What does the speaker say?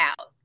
out